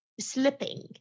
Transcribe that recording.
slipping